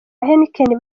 heineken